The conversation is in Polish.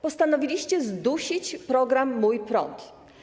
Postanowiliście zdusić program „Mój prąd”